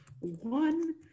one